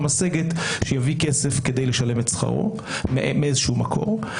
משגת שיביא כסף כדי לשלם את שכרו מאיזשהו מקור.